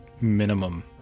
minimum